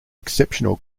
exceptional